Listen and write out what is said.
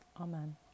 Amen